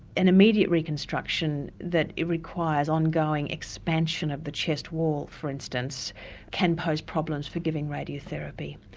an immediate reconstruction that requires ongoing expansion of the chest wall for instance can pose problems for giving radiotherapy.